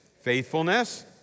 faithfulness